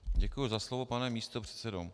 Děkuji za slovo, pane místopředsedo.